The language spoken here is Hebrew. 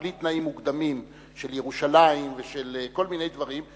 בלי תנאים מוקדמים של ירושלים ושל כל מיני דברים,